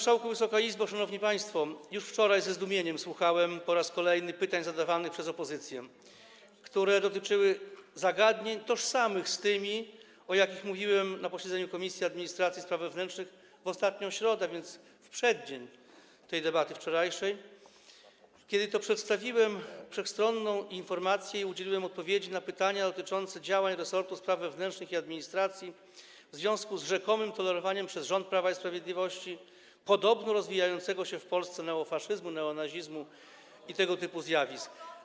Szanowni państwo, już wczoraj ze zdumieniem słuchałem po raz kolejny pytań zadawanych przez opozycję, które dotyczyły zagadnień tożsamych z tymi, o jakich mówiłem na posiedzeniu Komisji Administracji i Spraw Wewnętrznych w ostatnią środę, więc w przeddzień tej wczorajszej debaty, kiedy to przedstawiłem wszechstronną informację i udzieliłem odpowiedzi na pytania dotyczące działań resortu spraw wewnętrznych i administracji w związku z rzekomym tolerowaniem przez rząd Prawa i Sprawiedliwości podobno rozwijającego się w Polsce neofaszyzmu, neonazimu i tego typu zjawisk.